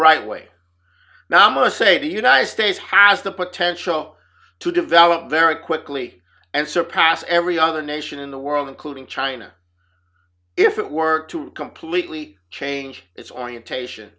right way now i must say the united states has the potential to develop very quickly and surpass every other nation in the world including china if it were to completely change its orientation